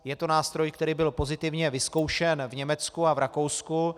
Je to nástroj, který byl pozitivně vyzkoušen v Německu a v Rakousku.